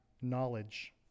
knowledge